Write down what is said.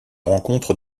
rencontre